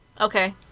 Okay